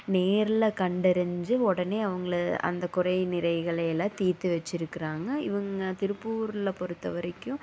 நேரில் கண்டறிஞ்சு உடனே அவங்கள அந்த குறை நிறைகளை எல்லாம் தீர்த்து வச்சிருக்கிறாங்க இவங்க திருப்பூரில் பொறுத்த வரைக்கும்